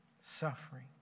suffering